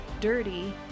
Dirty